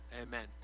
Amen